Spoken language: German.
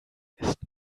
ist